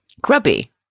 Grubby